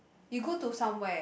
you go to somewhere